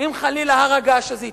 אם חלילה הר הגעש הזה יתפרץ,